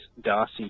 Darcy